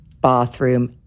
bathroom